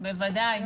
בוודאי.